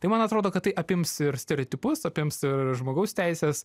tai man atrodo kad tai apims ir stereotipus apims ir žmogaus teises